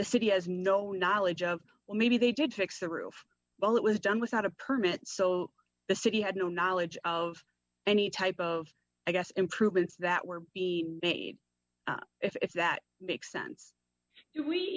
the city has no knowledge of well maybe they did fix the roof well it was done without a permit so the city had no knowledge of any type of i guess improvements that were being made if that makes sense